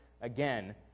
again